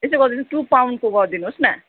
यसो गरिदिनुहोस् टू पाउन्डको गरिदिनुहोस् न